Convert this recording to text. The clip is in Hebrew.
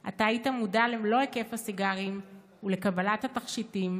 אתה היית מודע למלוא היקף הסיגרים ולקבלת התכשיטים,